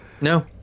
No